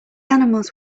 animals